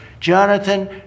Jonathan